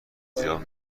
زیان